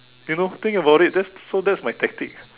you know think about it just so that's my tactic